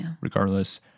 regardless